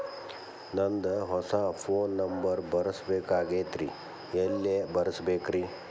ನಂದ ಹೊಸಾ phone number ಬರಸಬೇಕ್ ಆಗೈತ್ರಿ ಎಲ್ಲೆ ಬರಸ್ಬೇಕ್ರಿ?